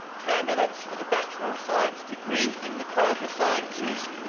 candidates for the bachelor of science degree in the college of sciences,